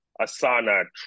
Asana